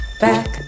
back